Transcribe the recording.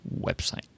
website